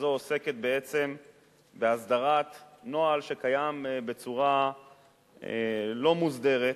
הזו עוסקת בהסדרת נוהל שקיים בצורה לא מוסדרת,